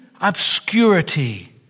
obscurity